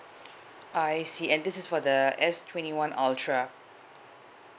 I see and this is for the S twenty one ultra